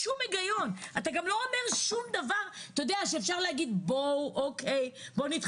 אתם גם לא אומר שום דבר שמראה על רצון להתחשב.